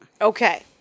Okay